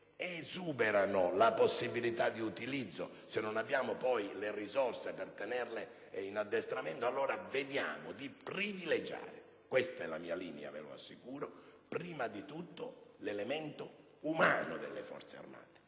che eccedono la possibilità di utilizzo. Se non abbiamo poi le risorse per tenerle in addestramento, allora vediamo di privilegiare - questa è la mia linea, ve lo assicuro - prima di tutto l'elemento umano delle Forze armate.